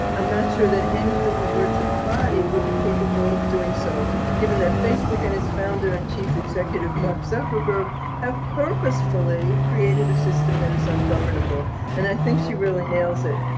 i'm not sure that any deliberative body would be capable of doing so given that facebook and its founder and chief executive mark zuckerberg have purposefully created a system that is ungovernable and i think she really nails it